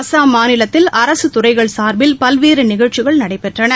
அசாம் மாநிலத்தில் அரசுத்துறைகள் சார்பில் பல்வேறு நிகழ்ச்சிகள் நடைபெற்றன